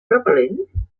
repel·lent